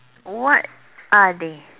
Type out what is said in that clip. what are they